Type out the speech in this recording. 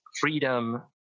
freedom